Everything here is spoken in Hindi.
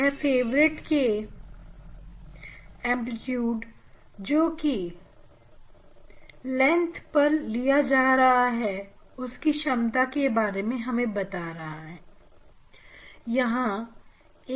यह फेवरेट के एंप्लीट्यूड जोकि पर लेंथ पर लिए जा रहे हैं उनकी क्षमता के बारे में हमें बता रहा है